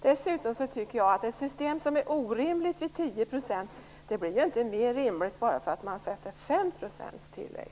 Dessutom tycker jag att ett system som är orimligt vid 10 % tillägg inte blir mer rimligt bara för att man i stället inför 5 % i tillägg.